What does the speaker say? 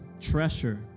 treasure